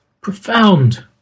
profound